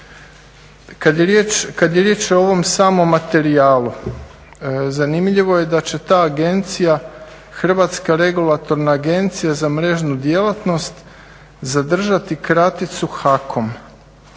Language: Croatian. Kad je riječ o ovom samom materijalu zanimljivo je da će ta agencija, Hrvatska regulatorna agencija za mrežnu djelatnost zadržati kraticu HAKOM.